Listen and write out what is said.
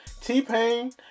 T-Pain